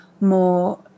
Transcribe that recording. more